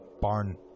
barn